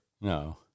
No